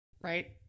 Right